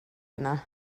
yna